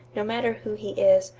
no matter who he is,